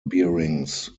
bearings